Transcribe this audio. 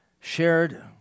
shared